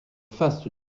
faste